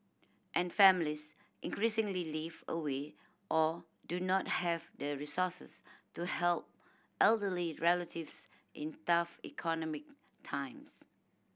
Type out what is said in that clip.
and families increasingly live away or do not have the resources to help elderly relatives in tough economic times